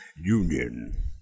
Union